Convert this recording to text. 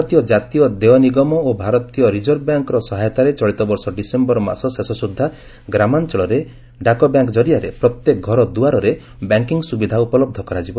ଭାରତୀୟ କାତୀୟ ଦେୟ ନିଗମ ଓ ଭାରତୀୟ ରିଜର୍ଭ ବ୍ୟାଙ୍କର ସହାୟତାରେ ଚଳିତବର୍ଷ ଡିସେମ୍ବର ମାସ ଶେଷ ସୁଦ୍ଧା ଗ୍ରାମାଞ୍ଚଳରେ ଆଇପିପିବି ବ୍ୟାଙ୍କ ଜରିଆରେ ପ୍ରତ୍ୟେକ ଘର ଦୁଆରରେ ବ୍ୟାଙ୍କିଙ୍ଗ୍ ସୁବିଧା ଉପଲବ୍ଧ କରାଯିବ